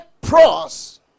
pros